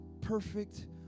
perfect